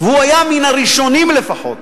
והוא היה מן הראשונים לפחות,